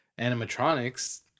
animatronics